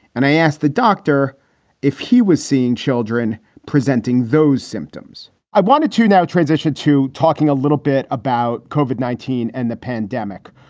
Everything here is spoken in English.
and i asked the doctor if he was seeing children presenting those symptoms i wanted to now transition to talking a little bit about kofod nineteen and the pandemic.